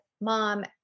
mom